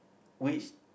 which